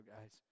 guys